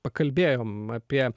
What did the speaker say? pakalbėjom apie